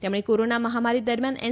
તેમણે કોરોના મહામારી દરમ્યાન એન